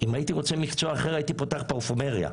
אם הייתי רוצה מקצוע אחר, הייתי פותח פרפומריה.